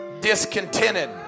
discontented